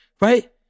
right